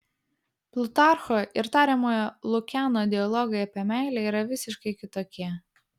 plutarcho ir tariamojo lukiano dialogai apie meilę yra visiškai kitokie